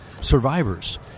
survivors